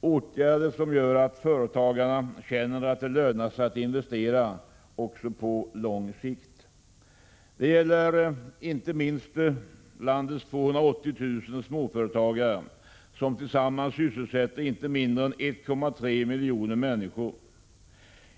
åtgärder som gör att företagarna känner att det lönar sig att investera också på lång sikt. Detta gäller inte minst landets 280 000 småföretagare, som tillsammans sysselsätter inte mindre än 1,3 miljoner människor.